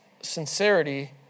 sincerity